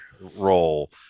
role